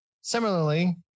Similarly